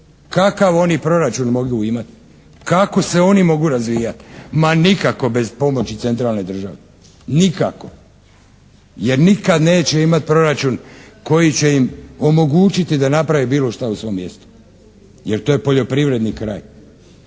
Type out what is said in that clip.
Kakav oni proračun mogu imati? Kako se oni mogu razvijati? Ma nikako bez pomoći centralne države, nikako. Jer nikad neće imati proračun koji će im omogućiti da naprave bilo šta u svom mjestu jer to je poljoprivredni kraj.